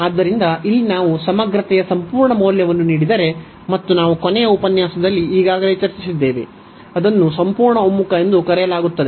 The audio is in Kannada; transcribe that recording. ಆದ್ದರಿಂದ ಇಲ್ಲಿ ನಾವು ಸಮಗ್ರತೆಯ ಸಂಪೂರ್ಣ ಮೌಲ್ಯವನ್ನು ನೀಡಿದರೆ ಮತ್ತು ನಾವು ಕೊನೆಯ ಉಪನ್ಯಾಸದಲ್ಲಿ ಈಗಾಗಲೇ ಚರ್ಚಿಸಿದ್ದೇವೆ ಅದನ್ನು ಸಂಪೂರ್ಣ ಒಮ್ಮುಖ ಎಂದು ಕರೆಯಲಾಗುತ್ತದೆ